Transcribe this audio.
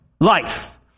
life